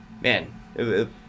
man